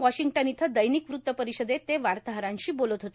Washington इथं दैनिक वृत्त परिषदेत ते वार्ताहरांशी बोलत होते